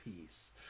peace